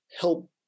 help